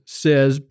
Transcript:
says